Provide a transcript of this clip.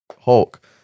Hulk